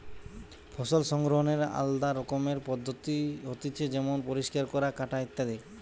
ফসল সংগ্রহনের আলদা রকমের পদ্ধতি হতিছে যেমন পরিষ্কার করা, কাটা ইত্যাদি